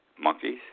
Monkeys